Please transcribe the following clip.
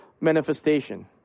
manifestation